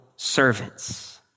servants